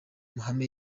mahame